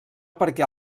perquè